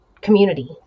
community